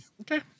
Okay